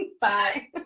Bye